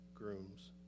grooms